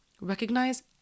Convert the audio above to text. recognize